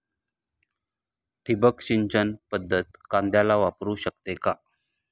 ठिबक सिंचन पद्धत कांद्याला वापरू शकते का?